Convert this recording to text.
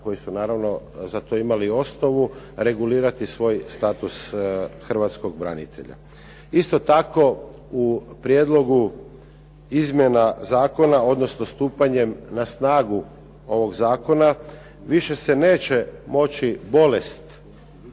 koji su naravno za to imali osnovu, regulirati svoj status Hrvatskog branitelja. Isto tako u prijedlogu izmjena zakona, odnosno stupanjem na snagu stupanja zakona, više se neće moći bolest